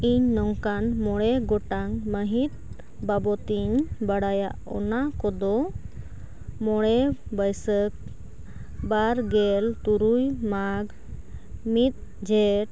ᱤᱧ ᱱᱚᱝᱠᱟᱱ ᱢᱚᱬᱮ ᱜᱚᱴᱟᱝ ᱢᱟᱹᱦᱤᱛ ᱵᱟᱵᱚᱛᱤᱧ ᱵᱟᱲᱟᱭᱟ ᱚᱱᱟ ᱠᱚᱫᱚ ᱢᱚᱬᱮ ᱵᱟᱹᱭᱥᱟᱹᱠᱷ ᱵᱟᱨ ᱜᱮᱞ ᱛᱩᱨᱩᱭ ᱢᱟᱜᱷ ᱢᱤᱫ ᱡᱷᱮᱸᱴ